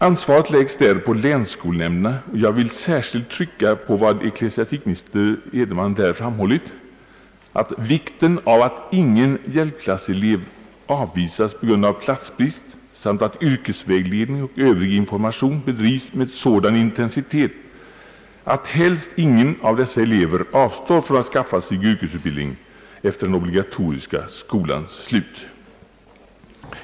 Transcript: Ansvaret läggs där på länsskolnämnderna, och jag vill särskilt trycka på vad ecklesiastikministern framhållit, nämligen »vikten av att ingen hjälpklasselev avvisas på grund av plastbrist samt att yrkesvägledning och övrig information bedrivs med sådan intensitet att helst ingen av dessa elever avstår från att skaffa sig yrkesutbildning efter den obligatoriska skolans slut».